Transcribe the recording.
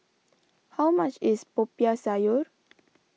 how much is Popiah Sayur